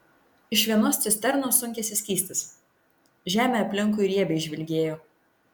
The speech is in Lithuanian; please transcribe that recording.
iš vienos cisternos sunkėsi skystis žemė aplinkui riebiai žvilgėjo